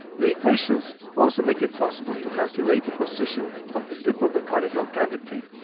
the equations also make it possible to calculate the position of the tip of the conical cavity,